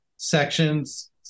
Sections